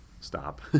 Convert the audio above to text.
stop